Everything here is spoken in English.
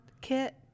Kit